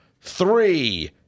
three